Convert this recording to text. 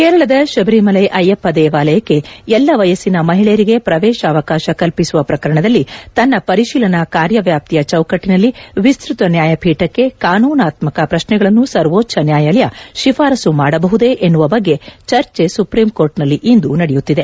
ಕೇರಳದ ಶಬರಿಮಲೆ ಅಯ್ಯಪ್ಪ ದೇವಾಲಯಕ್ಕೆ ಎಲ್ಲಾ ವಯಸ್ಪಿನ ಮಹಿಳೆಯರಿಗೆ ಪ್ರವೇಶಾವಕಾಶ ಕಲ್ಪಿಸುವ ಪ್ರಕರಣದಲ್ಲಿ ತನ್ನ ಪರಿಶೀಲನಾ ಕಾರ್ಯವ್ಯಾಪ್ತಿಯ ಚೌಕಟ್ಟಿನಲ್ಲಿ ವಿಸ್ತತ ನ್ಯಾಯಪೀಠಕ್ಕೆ ಕಾನೂನಾತ್ಮಕ ಪ್ರಶ್ನೆಗಳನ್ನು ಸರ್ವೋಚ್ಠ ನ್ಯಾಯಾಲಯ ಶಿಫಾರಸ್ಸು ಮಾಡಬಹುದೇ ಎನ್ನುವ ಬಗ್ಗೆ ಚರ್ಚೆ ಸುಪ್ರೀಂಕೋರ್ಟ್ನಲ್ಲಿ ಇಂದು ನಡೆಯುತ್ತಿದೆ